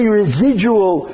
residual